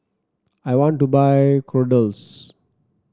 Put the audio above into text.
I want to buy Kordel's